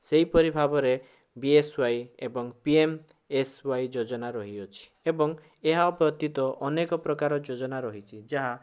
ସେହିପରି ଭାବରେ B S Y ଏବଂ ପି ଏମ୍ ଏସ୍ ୱାଇ ଯୋଜନା ରହିଅଛି ଏବଂ ଏହା ବ୍ୟତୀତ ଅନେକପ୍ରକାର ଯୋଜନା ରହିଛି ଯାହା